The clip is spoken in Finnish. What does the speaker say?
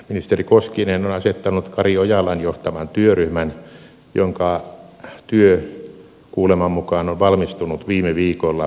ministeri koskinen on asettanut kari ojalan johtaman työryhmän jonka työ kuuleman mukaan on valmistunut viime viikolla